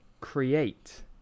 create